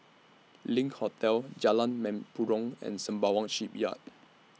LINK Hotel Jalan Mempurong and Sembawang Shipyard